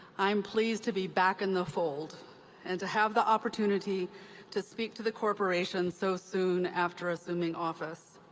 i am pleased to be back in the fold and to have the opportunity to speak to the corporation so soon after assuming office.